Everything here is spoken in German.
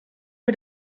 wir